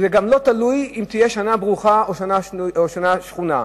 זה גם לא תלוי אם תהיה שנה ברוכה או שנה שחונה.